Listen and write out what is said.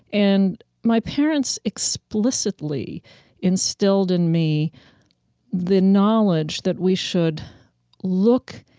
and my parents explicitly instilled in me the knowledge that we should look,